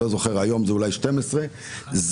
היום זה אולי 12,000,